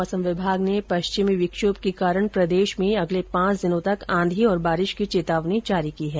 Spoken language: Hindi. मौसम विभाग ने पश्चिमी विक्षोभ के कारण प्रदेश में अगले पांच दिनों तक आंधी और बारिश की चेतावनी जारी की है